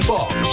Box